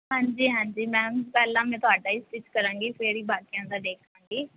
ਹਾਂਜੀ ਹਾਂਜੀ ਮੈਮ ਪਹਿਲਾਂ ਮੈਂ ਤੁਹਾਡਾ ਹੀ ਸਟਿੱਚ ਕਰਾਂਗੀ ਫਿਰ ਹੀ ਬਾਕੀਆਂ ਦਾ ਦੇਖਾਂਗੀ